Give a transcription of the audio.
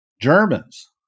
Germans